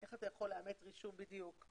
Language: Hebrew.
איך אתה יכול לאמת רישום או